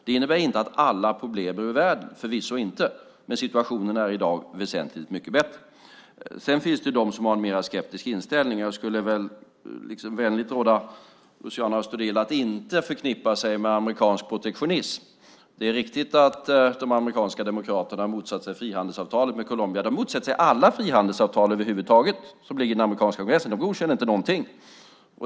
Det innebär inte att alla problem är ur världen, förvisso inte. Men situationen är i dag väsentligt mycket bättre. Sedan finns det de som har en mer skeptisk inställning. Jag skulle vänligt råda Luciano Astudillo att inte förknippa sig med amerikansk protektionism. Det är riktigt att de amerikanska demokraterna motsatt sig frihandelsavtalet med Colombia. De motsätter sig alla frihandelsavtal över huvud taget som ligger i den amerikanska kongressen. De godkänner inte någonting.